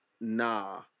nah